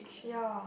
ya